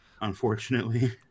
unfortunately